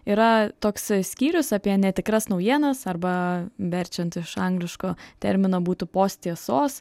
yra toks skyrius apie netikras naujienas arba verčiant iš angliško termino būtų post tiesos